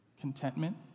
contentment